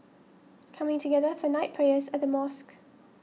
coming together for night prayers at the Mosque